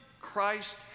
Christ